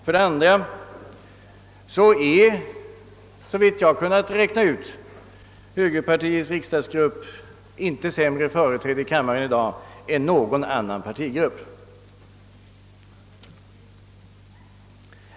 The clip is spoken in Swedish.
För det andra är, såvitt jag kunnat räkna ut, högerpartiets riksdagsgrupp inte sämre företrädd här än någon annan partigrupp.